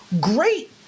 great